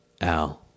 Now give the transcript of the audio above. Al